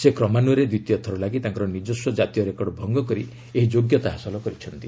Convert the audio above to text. ସେ କ୍ରମାନ୍ୱୟରେ ଦ୍ୱିତୀୟଥର ଲାଗି ତାଙ୍କର ନିଜସ୍ୱ ଜାତୀୟ ରେକର୍ଡ଼ ଭଙ୍ଗ କରି ଏହି ଯୋଗ୍ୟତା ହାସଲ କରିଛନ୍ତି